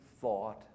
thought